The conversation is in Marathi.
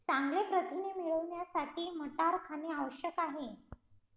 चांगले प्रथिने मिळवण्यासाठी मटार खाणे आवश्यक आहे